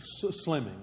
slimming